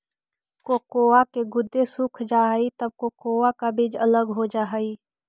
cocoa के गुदे सूख जा हई तब कोकोआ का बीज अलग हो जा हई